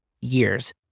years